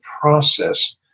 process